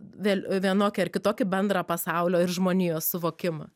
vėl vienokį ar kitokį bendrą pasaulio ir žmonijos suvokimą